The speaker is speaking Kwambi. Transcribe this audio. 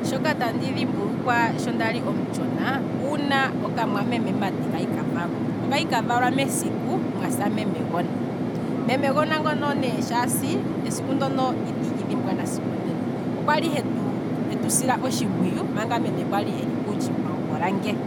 Shoka tandi dhimbulukwa sho kwali ndimuthona. uuna okamwameme mati kali kavalwa, okali kavalwa mesiku mwasa memegona, meme gona ne shaasi, esiku ndoka itandi li dhimbwa sigo onena, meme gona ngoka okwali hetu sile otshimpwiyu manga meme kwali eli kuutshimba wokorange,